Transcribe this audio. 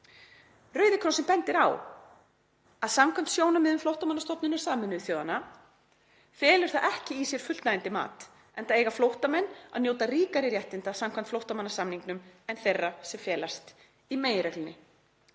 Rauði krossinn bendir á að samkvæmt sjónarmiðum Flóttamannastofnunar Sameinuðu þjóðanna […] felur það ekki í sér fullnægjandi mat enda eiga flóttamenn að njóta ríkari réttinda samkvæmt flóttamannasamningnum en þeirra sem felast í meginreglunni.“